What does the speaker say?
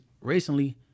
recently